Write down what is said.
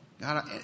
God